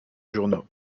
journaux